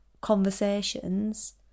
conversations